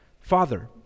Father